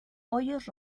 hoyos